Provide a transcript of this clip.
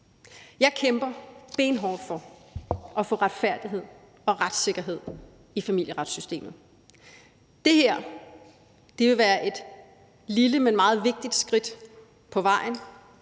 Jeg kæmper benhårdt for at få retfærdighed og retssikkerhed i familieretssystemet. Det her vil være et lille, men meget vigtigt skridt på vejen.